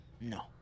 No